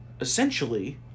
essentially